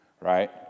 right